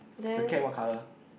the cat what colour